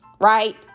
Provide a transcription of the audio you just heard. right